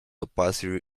opacity